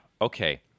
Okay